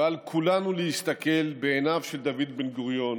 ועל כולנו להסתכל בעיניו של דוד בן-גוריון